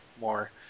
more